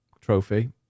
trophy